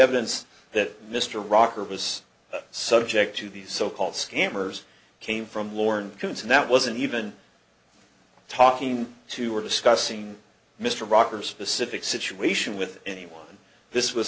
evidence that mr rocker was subject to the so called scammers came from lorne counts and that wasn't even talking to or discussing mr rocker specific situation with anyone this was